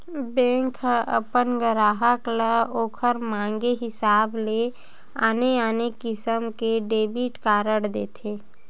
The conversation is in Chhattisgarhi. बेंक ह अपन गराहक ल ओखर मांगे हिसाब ले आने आने किसम के डेबिट कारड देथे